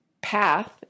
path